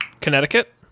Connecticut